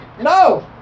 No